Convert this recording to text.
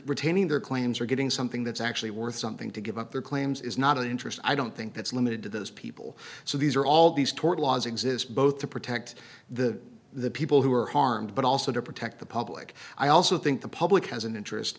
retaining their claims or getting something that's actually worth something to give up their claims is not of the interest i don't think that's limited to those people so these are all these tort laws exist both to protect the the people who are harmed but also to protect the public i also think the public has an interest